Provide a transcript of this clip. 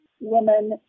women